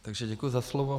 Takže děkuji za slovo.